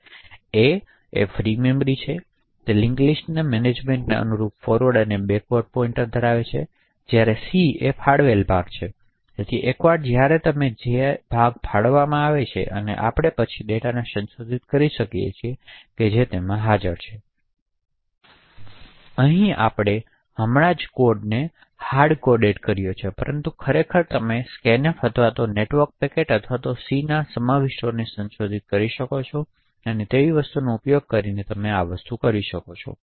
a એ free memory છે અને તે લિંક્સ લિસ્ટ મેનેજમેન્ટને અનુરૂપ ફોરવર્ડ અને બેક પોઇંટર્સ ધરાવે છે સી એ ફાળવેલ ભાગ છે તેથી એકવાર જ્યારે ભાગ ફાળવવામાં આવે છે આપણે પછી ડેટાને સંશોધિત કરી શકીએ છીએ તેમાં હાજર છે અહીં આપણે હમણાં જ કોડને હાર્ડકોડેડ કર્યો છે પરંતુ ખરેખર તમે સ્કેનફ અથવા નેટવર્ક પેકેટ અથવા તમે સીના સમાવિષ્ટોને સંશોધિત કરી શકો છો તેવી વસ્તુઓનો ઉપયોગ કરીને આ કરી શકો છો